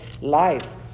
life